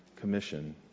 Commission